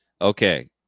Okay